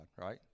right